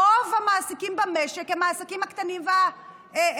רוב המעסיקים במשק הם העסקים הקטנים והבינוניים.